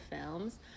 films